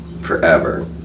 forever